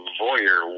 voyeur